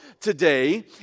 today